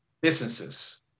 businesses